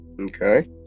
Okay